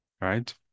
right